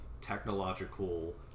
technological